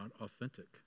authentic